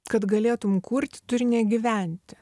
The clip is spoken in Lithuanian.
kad galėtum kurti turi negyventi